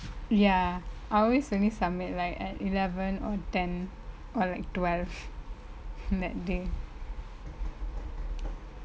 ya I always only submit like at eleven or ten or like twelve that day